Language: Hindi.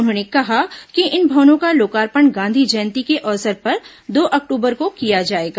उन्होंने कहा कि इन भवनों का लोकार्पण गांधी जयंती के अवसर पर दो अक्टूबर को किया जाएगा